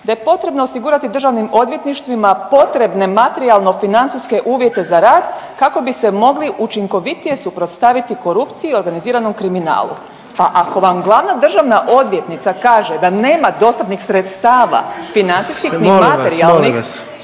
da je potrebno osigurati državnim odvjetništvima potrebne materijalno financijske uvjete za rad kako bi se mogli učinkovitije suprotstaviti korupciji i organiziranom kriminalu. Pa ako vam glavna državna odvjetnica kaže da nema dostatnih sredstava financijskih …/Upadica